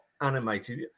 animated